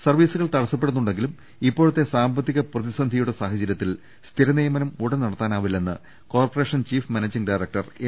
സർവ്വീസുകൾ തടസ്സപ്പെടുന്നുണ്ടെങ്കിലും ഇപ്പോഴത്തെ സാമ്പത്തിക പ്രതിസന്ധിയുടെ സാഹചര്യത്തിൽ സ്ഥിര നിയ മനം ഉടൻ നടത്താനാവില്ലെന്ന് corporation chief managing director M